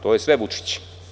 To je sve Vučić.